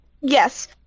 Yes